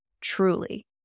truly